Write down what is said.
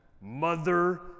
Mother